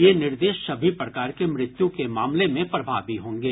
ये निर्देश सभी प्रकार की मृत्यु के मामले में प्रभावी होंगे